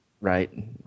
right